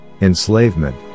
enslavement